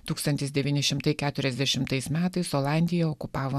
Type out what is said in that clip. tūkstantis devyni šimtai keturiasdešimtais metais olandiją okupavo